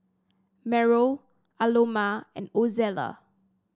Mariel Aloma and Ozella